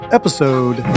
episode